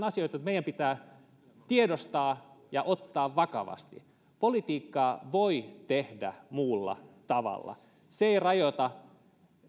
asioita jotka meidän pitää tiedostaa ja ottaa vakavasti politiikkaa voi tehdä muulla tavalla se ei rajoita